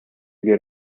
get